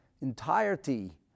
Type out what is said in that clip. entirety